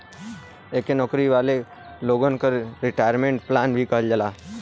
एके नौकरी करे वाले लोगन क रिटायरमेंट प्लान भी कहल जाला